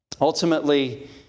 Ultimately